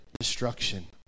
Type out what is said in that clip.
destruction